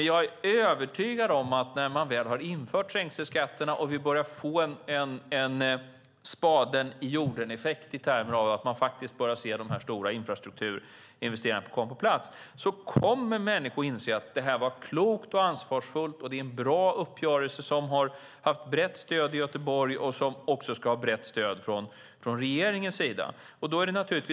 Jag är dock övertygad om att när man väl har infört trängselskatterna och får en spaden-i-jorden-effekt och börjar se de stora infrastrukturinvesteringarna komma på plats kommer människor att inse att detta var klokt och ansvarsfullt. Det är en bra uppgörelse som har brett stöd i Göteborg och som också ska ha brett stöd i regeringen.